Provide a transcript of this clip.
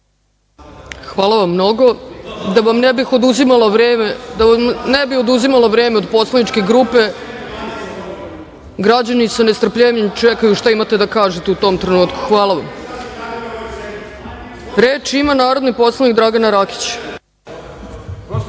Hvala vam mnogo. Da vam ne bih oduzimala vreme od poslaničke grupe. Građani sa nestrpljenjem očekuju šta imate da kažete u tom trenutku. Hvala vam. Reč ima narodni poslanik Dragana Rakić.